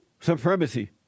supremacy